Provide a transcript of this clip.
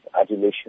adulation